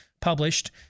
published